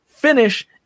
Finish